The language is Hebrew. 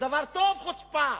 זה דבר טוב, חוצפה.